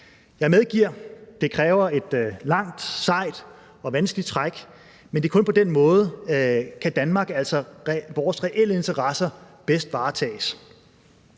Jeg medgiver, at det kræver et langt, sejt og vanskeligt træk, men kun på den måde kan Danmarks reelle interesser bedst varetages.